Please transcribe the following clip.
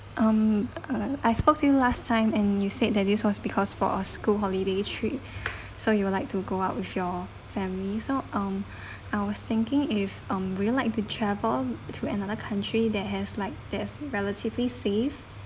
um uh I spoke to you last time and you said that this was because for a school holiday trip so you would like to go out with your family so um I was thinking if um would you like to travel to another country that has like there's relatively safe